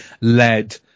led